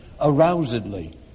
arousedly